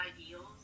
ideals